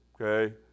Okay